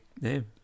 name